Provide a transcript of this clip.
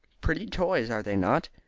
pretty toys, are they not?